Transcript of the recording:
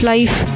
Life